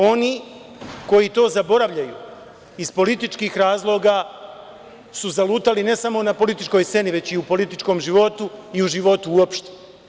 Oni koji to zaboravljaju iz političkih razloga su zalutali, ne samo na političkoj sceni, već i u političkom životu i u životu uopšte.